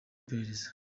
iperereza